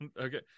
Okay